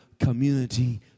community